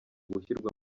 gushyirwa